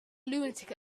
lunatic